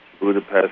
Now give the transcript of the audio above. Budapest